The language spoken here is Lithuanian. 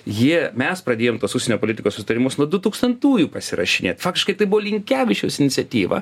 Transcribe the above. jie mes pradėjom tuos užsienio politikos susitarimus nuo dutūkstantųjų pasirašinėt faktiškai tai buvo linkevičiaus iniciatyva